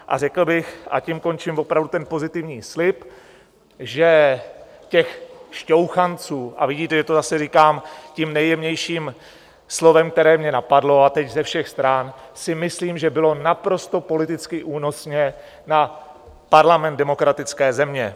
A řekl bych, a tím končím opravdu ten pozitivní slib, že těch šťouchanců, a vidíte, že to zase říkám tím nejjemnějším slovem, které mě napadlo, a teď ze všech stran, si myslím, že bylo naprosto politicky únosně na parlament demokratické země.